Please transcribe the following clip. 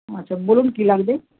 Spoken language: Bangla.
আচ্ছা বলুন কি লাগবে